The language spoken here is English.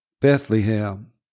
Bethlehem